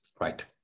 right